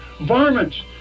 varmints